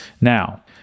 Now